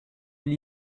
gli